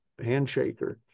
handshaker